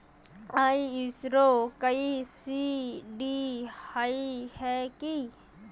Insurance कोई ID होय है की?